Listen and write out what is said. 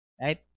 Right